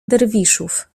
derwiszów